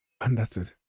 Understood